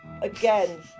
again